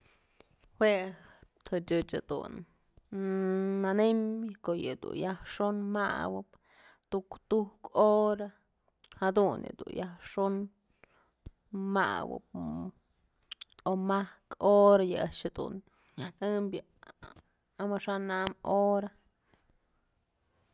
Jue ëch ëch jedun nanëm ko'o yë dun yajxon mawëp tuktuk hora jadun yëdun yajxon mawëb o majk hora a'ax dun nyënëmbyë amaxa'am hora.